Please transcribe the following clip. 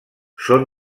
són